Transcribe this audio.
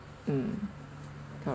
mm cor~